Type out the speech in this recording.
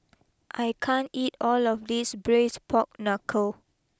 I can't eat all of this Braised Pork Knuckle